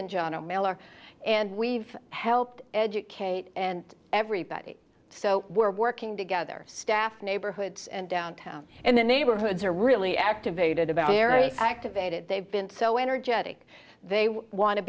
and john miller and we've helped educate and everybody so we're working together staff neighborhoods and downtown and the neighborhoods are really activated about the areas activated they've been so energetic they want to